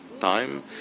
time